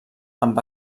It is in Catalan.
amb